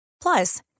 Plus